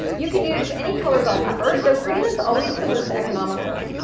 you could use any color bell pepper, though green is always the most economical.